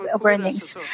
warnings